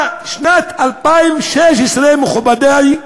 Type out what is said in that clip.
בשנת 2016, מכובדי,